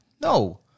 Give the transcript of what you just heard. No